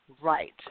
Right